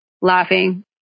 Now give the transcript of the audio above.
laughing